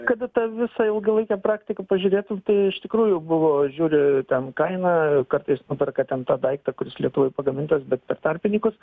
kada tą visą ilgalaikę praktiką pažiūrėtum tai iš tikrųjų buvo žiūri ten kainą kartais nuperka ten tą daiktą kuris lietuvoj pagamintas bet per tarpininkus